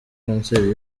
kanseri